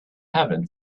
heaven